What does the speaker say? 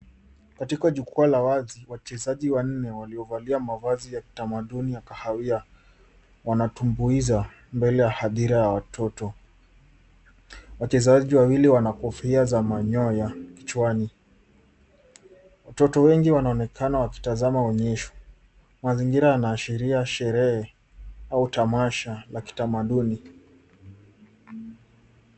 Katika jukwaa la wazi, wachezaji wanne waliovalia mavazi ya kitamaduni ya kahawia, wanatumbuiza mbele ya hadhara ya watoto. Wachezaji wawili wana kofia za manyoya kichwani. Watoto wengi wanaonekana wakitazama onyesho. Mazingira yanaashiria sherehe au tamasha la kitamaduni.